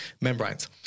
membranes